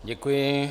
Děkuji.